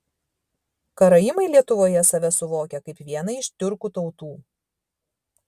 karaimai lietuvoje save suvokia kaip vieną iš tiurkų tautų